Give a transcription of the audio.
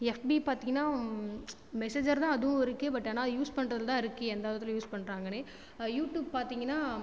FP பார்த்திங்கனா messenger தான் அதுவும் இருக்கு பட் ஆனால் யூஸ் பண்ணுறதுல தான் இருக்கு எந்தவிதத்தில் யூஸ் பண்ணுறாங்கனு யூட்யூப் பார்த்திங்கனா